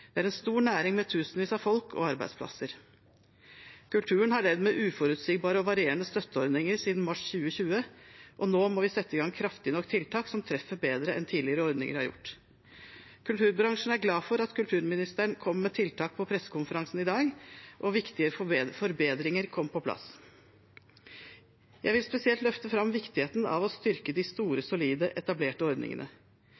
Det er en stor næring med tusenvis av folk og arbeidsplasser. Kulturen har levd med uforutsigbare og varierende støtteordninger siden mars 2020, og nå må vi sette i gang kraftige nok tiltak som treffer bedre enn tidligere ordninger har gjort. Kulturbransjen er glad for at kulturministeren kom med tiltak på pressekonferansen i dag, og at viktige forbedringer kom på plass. Jeg vil spesielt løfte fram viktigheten av å styrke de